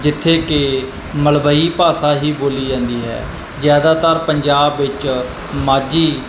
ਜਿੱਥੇ ਕਿ ਮਲਵਈ ਭਾਸ਼ਾ ਹੀ ਬੋਲੀ ਜਾਂਦੀ ਹੈ ਜ਼ਿਆਦਾਤਰ ਪੰਜਾਬ ਵਿੱਚ ਮਾਝੀ